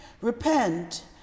repent